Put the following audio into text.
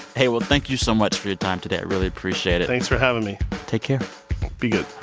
hey, well, thank you so much for your time today. i really appreciate it thanks for having me take care be good